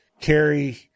carry